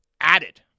added